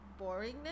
boringness